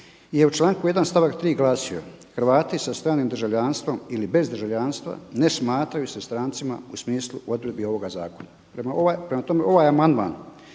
je u članku 1. stavak 3. glasio: „Hrvati sa stranim državljanstvom ili bez državljanstva ne smatraju se strancima u smislu odredbi ovoga zakona“. Prema tome ovaj amandman